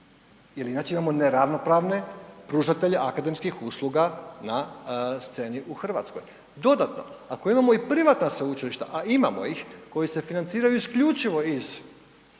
jer inače imamo neravnopravne pružatelje akademskih usluga na sceni u Hrvatskoj. Dodatno, ako imao i privatna sveučilišta, a imamo ih, koji se financiraju isključivo iz